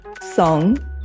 Song